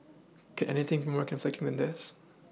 could anything be more conflicting than this